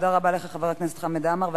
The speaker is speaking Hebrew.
תודה רבה לך, חבר הכנסת חמד עמאר.